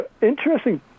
interesting